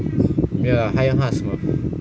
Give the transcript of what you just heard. ya 他用他的 smurf